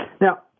Now